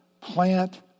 Plant